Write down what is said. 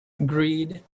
greed